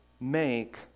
make